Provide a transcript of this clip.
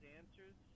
answers